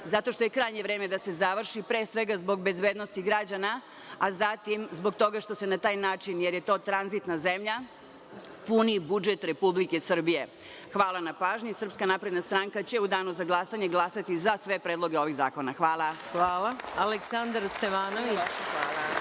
Zato što je krajnje vreme da se završi, pre svega zbog bezbednosti građana, a zatim zbog toga što se na taj način, jer je to tranzitna zemlja, puni budžet Republike Srbije. Hvala na pažnji. Srpska napredna stranka će u danu za glasanje glasati za sve predloge ovih zakona. Hvala. **Maja Gojković** Hvala. Reč